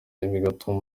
bigatuma